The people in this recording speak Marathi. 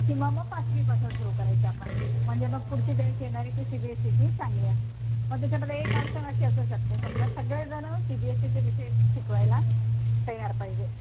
किंवा मग पाचवीपासून सुरू करायचं आपण म्हणजे मग पुढची बॅच येणारी ती सी बी एस सीची चांगली आहे मग त्याच्यामध्ये एक अडचण अशी असू शकते समजा सगळ्याजणं सी बी एस सीच्या विषय शिकवायला तयार पाहिजे